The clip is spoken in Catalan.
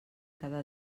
cada